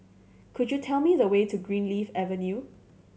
could you tell me the way to Greenleaf Avenue